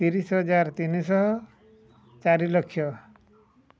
ତିରିଶି ହଜାର ତିନି ଶହ ଚାରି ଲକ୍ଷ